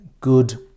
good